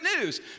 news